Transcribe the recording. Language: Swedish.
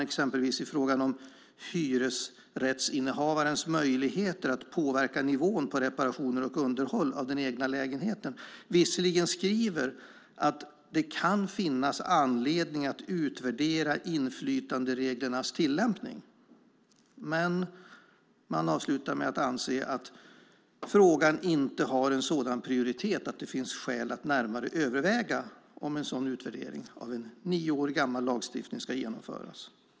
Exempelvis i fråga om hyresrättsinnehavarens möjligheter att påverka nivån på reparationer och underhåll av den egna lägenheten skriver man visserligen att det kan finnas anledning att utvärdera inflytandereglernas tillämpning, men man avslutar med att anse att frågan inte har en sådan prioritet att det finns skäl att närmare överväga om en sådan utvärdering av en nio år gammal lagstiftning ska genomföras.